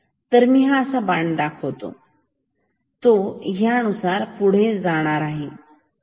तर मी असा हा बाण दाखवतो तो ह्या नुसार पुढे कसा जाईल